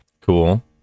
Cool